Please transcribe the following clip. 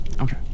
Okay